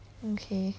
okay